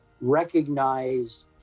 recognize